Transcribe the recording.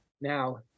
Now